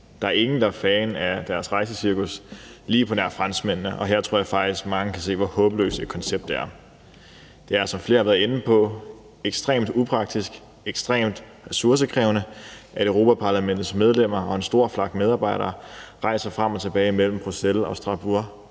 Der er ingen, der er fan af deres rejsecirkus – lige på nær franskmændene, og her tror jeg faktisk at mange kan se, hvor håbløst et koncept det er. Som flere har været inde på, er det ekstremt upraktisk og ekstremt ressourcekrævende, at Europa-Parlamentets medlemmer og en stor flok medarbejdere rejser frem og tilbage mellem Bruxelles og Strasbourg